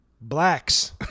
blacks